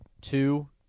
two